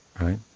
Right